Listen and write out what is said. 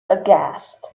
aghast